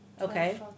Okay